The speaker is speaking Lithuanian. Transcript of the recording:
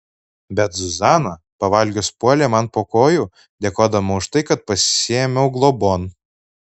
bet zuzana pavalgius puolė man po kojų dėkodama už tai kad pasiėmiau globon